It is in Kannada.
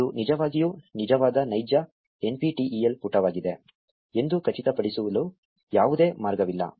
ಆದ್ದರಿಂದ ಇದು ನಿಜವಾಗಿಯೂ ನಿಜವಾದ ನೈಜ NPTEL ಪುಟವಾಗಿದೆ ಎಂದು ಖಚಿತಪಡಿಸಲು ಯಾವುದೇ ಮಾರ್ಗವಿಲ್ಲ